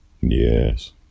Yes